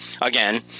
again